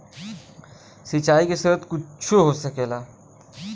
सिंचाइ के स्रोत कुच्छो हो सकेला